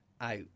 out